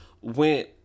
went